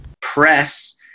Press